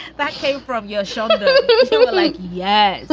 that came from your shoulder like, yeah.